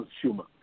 consumer